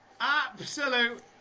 Absolute